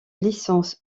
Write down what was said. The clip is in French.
licence